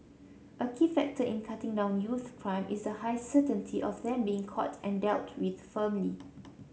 a key factor in cutting down youth crime is the high certainty of them being caught and dealt with firmly